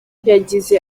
yagize